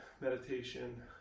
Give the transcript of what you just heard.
meditation